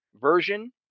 version